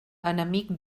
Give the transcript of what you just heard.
enemic